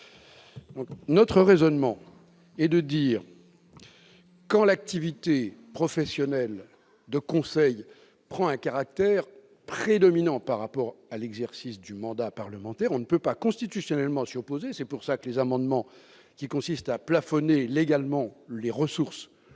notre raisonnement consiste à dire que, quand l'activité professionnelle de conseil prend un caractère prédominant par rapport à l'exercice du mandat parlementaire, si l'on ne peut constitutionnellement s'y opposer- c'est d'ailleurs pour cela que les amendements consistant à plafonner légalement les ressources